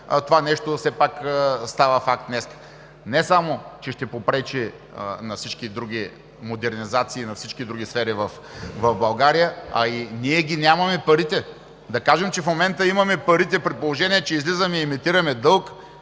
това нещо все пак става факт днес. Не само че ще попречи на всички други модернизации, на всички други сфери в България, а и ние нямаме парите. Да кажем, че в момента имаме парите, при положение че излизаме и емитираме дълг